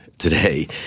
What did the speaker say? today